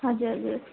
हजुर हजुर